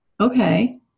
Okay